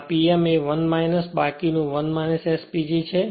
અને આ Pm એ 1 બાકીનું 1 S PG થશે